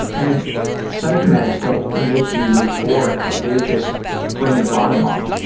and psyche meds don't make you euphoric. they just bring the bottom up,